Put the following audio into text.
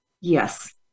Yes